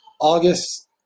August